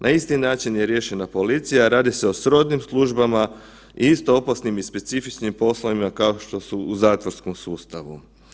Na isti način je riješena policija, radi se o srodnim službama i isto opasnim i specifičnim poslovima, kao što su u zatvorskom sustavu.